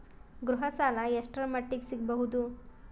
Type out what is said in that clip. ಗೃಹ ಸಾಲ ಎಷ್ಟರ ಮಟ್ಟಿಗ ಸಿಗಬಹುದು?